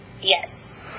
Yes